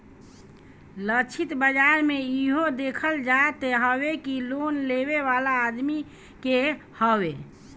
लक्षित बाजार में इहो देखल जात हवे कि लोन लेवे वाला आदमी के हवे